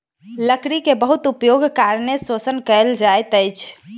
लकड़ी के बहुत उपयोगक कारणें शोषण कयल जाइत अछि